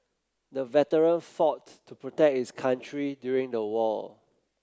the veteran fought to protect his country during the war